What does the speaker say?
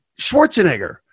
Schwarzenegger